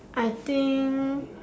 I think